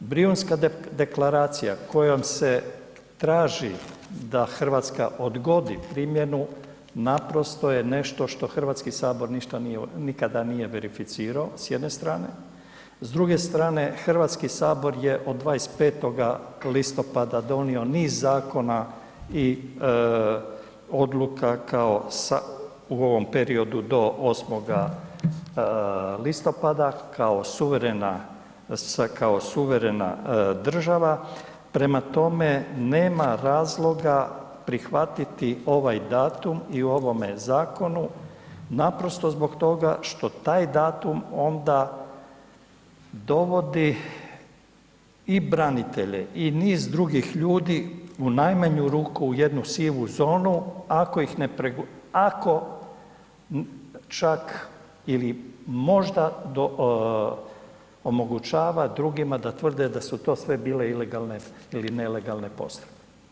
Brijunska deklaracija kojom se traži da Hrvatska odgodi primjenu naprosto je nešto što Hrvatski sabor ništa nije, nikada nije verificirao s jedne strane, s druge strane Hrvatski sabor je od 25. listopada donio niz zakona i odluka kao, u ovom periodu do 8. listopada kao suverena država, prema tome nema razloga prihvatiti ovaj datum i u ovome zakonu naprosto zbog toga što taj datum onda dovodi i branitelje i niz drugih ljudi u najmanju ruku u jednu sivu zonu, ako čak ili možda omogućava drugima da tvrde da su to sve bile ilegalne ili nelegalne postrojbe.